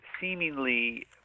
seemingly